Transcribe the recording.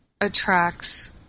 attracts